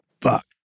Fuck